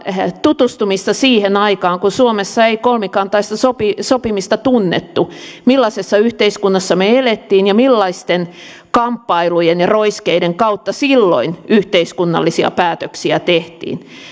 tutustumista siihen aikaan kun suomessa ei kolmikantaista sopimista tunnettu millaisessa yhteiskunnassa me elimme ja millaisten kamppailujen ja roiskeiden kautta silloin yhteiskunnallisia päätöksiä tehtiin